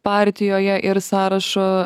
partijoje ir sąrašo